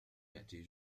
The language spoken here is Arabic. يأتي